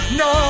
no